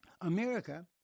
America